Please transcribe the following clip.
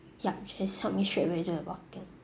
yup just help me straight away do the booking